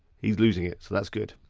he's losing it so that's good.